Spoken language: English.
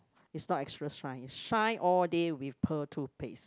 it's not extra shine its shine all day with pearl toothpaste